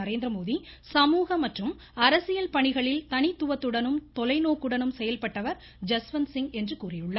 நரேந்திரமோடி சமூக மற்றும் அரசியல் பணிகளில் தனித்துவத்துடனும் தொலைநோக்குடனும் செயல்பட்டவர் ஜஸ்வந்த் சிங் என்று கூறியுள்ளார்